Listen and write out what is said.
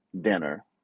dinner